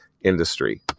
industry